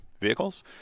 vehicles